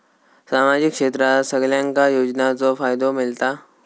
सामाजिक क्षेत्रात सगल्यांका योजनाचो फायदो मेलता?